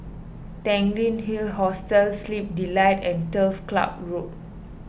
Tanglin Hill Hostel Sleep Delight and Turf Club Road